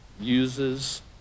uses